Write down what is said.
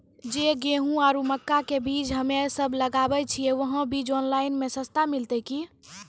जे गेहूँ आरु मक्का के बीज हमे सब लगावे छिये वहा बीज ऑनलाइन मे सस्ता मिलते की?